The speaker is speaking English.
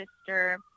sister